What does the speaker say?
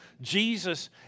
Jesus